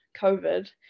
COVID